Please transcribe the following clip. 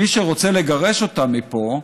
מי שרוצה לגרש אותם מפה,